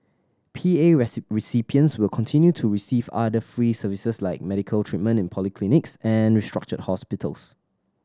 P A recipients will continue to receive other free services like medical treatment in polyclinics and restructured hospitals